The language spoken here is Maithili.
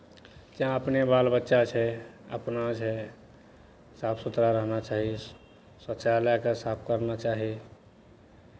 चाहे अपने बालबच्चा छै अपना छै साफ सुथरा रहना चाही शौचालयकेँ साफ करना चाही